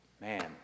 Man